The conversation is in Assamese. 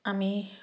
আমি